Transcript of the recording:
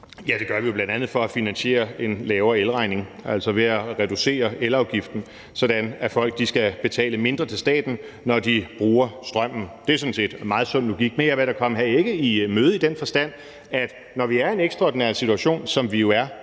Det gør vi jo bl.a. for at finansiere en lavere elregning, altså ved at reducere elafgiften, sådan at folk skal betale mindre til staten, når de bruger strøm. Det er sådan set meget sund logik. Men jeg vil komme hr. Søren Egge Rasmussen i møde i den forstand, at når vi er i en ekstraordinær situation, som vi jo er